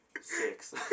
six